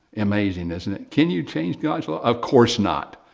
amazing, isn't it? can you change god's law? of course not.